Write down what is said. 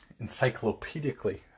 encyclopedically